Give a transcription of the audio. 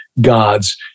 gods